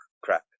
crap